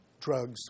drugs